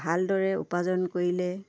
ভালদৰে উপাৰ্জন কৰিলে